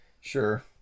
Sure